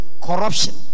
corruption